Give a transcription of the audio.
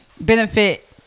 benefit